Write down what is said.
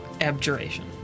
Abjuration